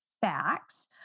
facts